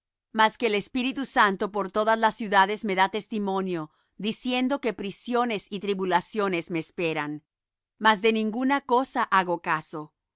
mas que el espíritu santo por todas las ciudades me da testimonio diciendo que prisiones y tribulaciones me esperan mas de ninguna cosa hago caso